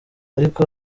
ariko